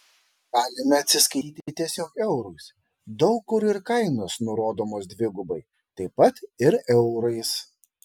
galime atsiskaityti tiesiog eurais daug kur ir kainos nurodomos dvigubai taip pat ir eurais